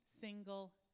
single